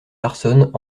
larsson